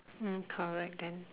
mm correct then